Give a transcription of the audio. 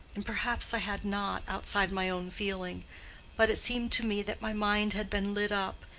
and perhaps i had not, outside my own feeling but it seemed to me that my mind had been lit up,